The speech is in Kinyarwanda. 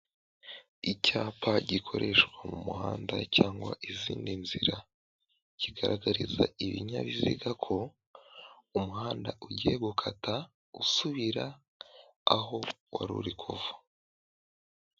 Icyapa gikoreshwa mu muhanda cyangwa izindi nzira kigaragariza ibinyabiziga ko umuhanda ugiye gukata usubira aho wari kuva.